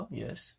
yes